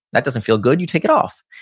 that doesn't feel good, you take it off.